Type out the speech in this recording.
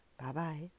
Bye-bye